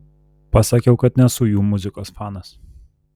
pasakiau kad nesu jų muzikos fanas